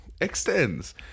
extends